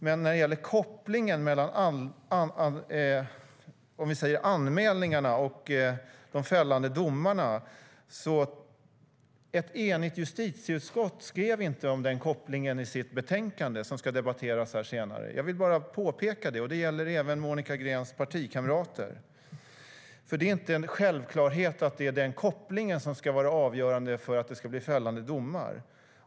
Men när det gäller kopplingen mellan anmälningar och fällande domar skrev inte enigt justitieutskott om någon sådan koppling i sitt betänkande som ska debatteras här senare. Jag vill bara påpeka det, och det gäller även Monica Greens partikamrater. Det är inte en självklarhet att det är den kopplingen som ska vara avgörande för att det ska bli fällande domar.